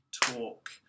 talk